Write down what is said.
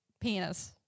penis